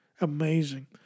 Amazing